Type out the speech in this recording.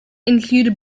include